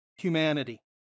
humanity